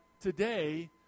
today